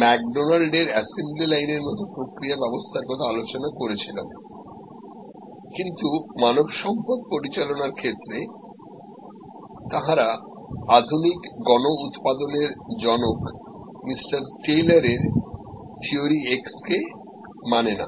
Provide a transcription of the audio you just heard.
McDonald এর assembly line এর মত প্রক্রিয়া ব্যবস্থারকথা আলোচনা করেছিলাম কিন্তু মানবসম্পদ পরিচালনার ক্ষেত্রে তাহারা আধুনিক মাস ম্যানুফ্যাকচারিং র জনকমিস্টার টেইলারের থিওরি এক্স কে মানে না